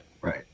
right